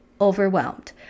overwhelmed